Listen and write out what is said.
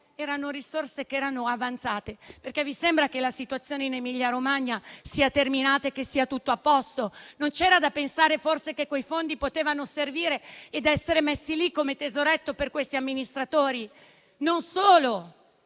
erano risorse che erano avanzate. Vi sembra che la situazione in Emilia-Romagna sia terminata e che sia tutto a posto? Non c'era da pensare forse che quei fondi potevano servire ed essere considerati come tesoretto per quegli amministratori? Non c'è